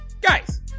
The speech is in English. guys